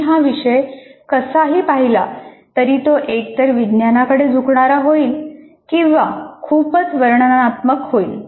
तुम्ही हा विषय कसाही पाहिला तरी तो एकतर विज्ञानाकडे झुकणारा होईल किंवा खूपच वर्णनात्मक होईल